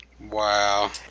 wow